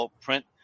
print